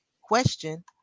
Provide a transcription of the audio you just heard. Question